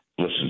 Listen